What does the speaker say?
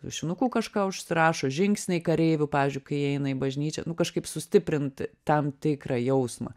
tušinuku kažką užsirašo žingsniai kareivių pavyzdžiui kai jie eina į bažnyčią nu kažkaip sustiprint tam tikrą jausmą